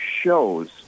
shows